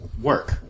Work